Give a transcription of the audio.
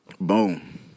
Boom